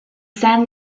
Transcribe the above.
san